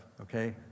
okay